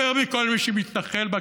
יותר מכל מי שמתנחל בה,